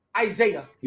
Isaiah